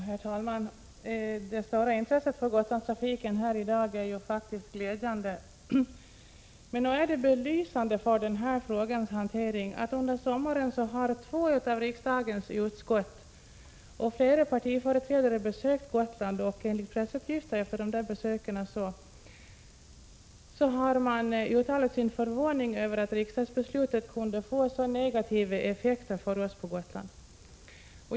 Herr talman! Det stora intresset för Gotlandstrafiken här i dag är faktiskt glädjande, men nog är det belysande för hanteringen av den frågan att under sommaren två av riksdagens utskott och flera partiföreträdare har besökt Gotland och därefter, enligt pressuppgifter, uttalat sin förvåning över att riksdagsbeslutet kunde få så negativa effekter för oss på Gotland.